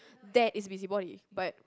that is busybody but